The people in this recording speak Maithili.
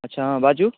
अच्छा हँ बाजू